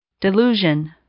Delusion